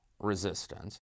resistance